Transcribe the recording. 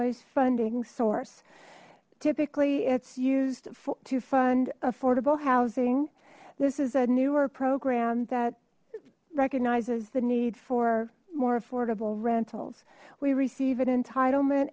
established funding source typically it's used to fund affordable housing this is a newer program that recognizes the need for more affordable rentals we receive an entitlement